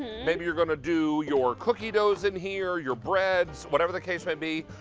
maybe you are going to do your cookie dose in here, you're breads, whatever the case maybe,